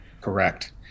Correct